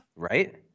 right